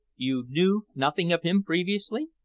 you knew nothing of him previously?